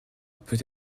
peut